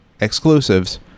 exclusives